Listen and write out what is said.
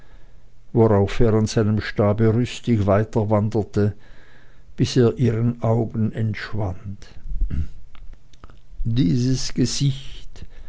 worauf er an seinem stabe rüstig weiterwanderte bis er ihren augen entschwand dieses gesicht